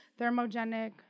thermogenic